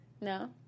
No